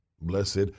Blessed